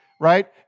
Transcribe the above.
Right